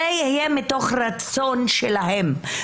זה יהיה מתוך רצון שלהם,